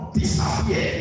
disappear